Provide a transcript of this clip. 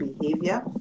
behavior